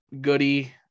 Goody